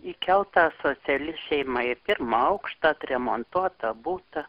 įkelta asociali šeima į pirmą aukštą atremontuotą butą